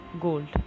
gold